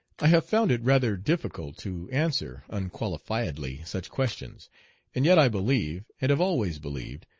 i have found it rather difficult to answer unqualifiedly such questions and yet i believe, and have always believed,